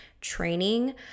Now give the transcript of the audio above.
training